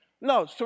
No